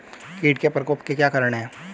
कीट के प्रकोप के क्या कारण हैं?